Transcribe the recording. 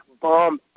bomb